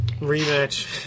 Rematch